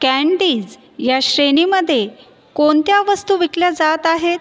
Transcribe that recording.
candies या श्रेणीमध्ये कोणत्या वस्तू विकल्या जात आहेत